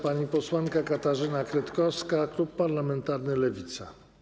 Pani posłanka Katarzyna Kretkowska, klub parlamentarny Lewica.